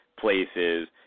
places